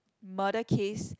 murder case